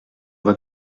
vois